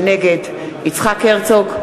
נגד יצחק הרצוג,